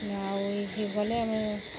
ଆଉ ଏଇ ଯେ ଗଲେ ଆମେ